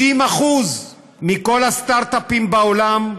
90% מכל הסטרט-אפים בעולם,